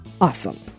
awesome